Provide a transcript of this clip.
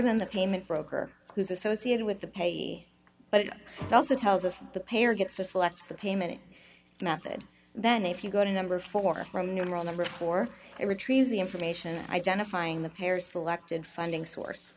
than the payment broker who's associated with the payee but also tells us the payer gets to select the payment method then if you go to number four numeral number four it retrieves the information identifying the pairs selected funding source